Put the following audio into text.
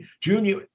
Junior